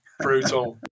brutal